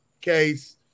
case